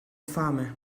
fame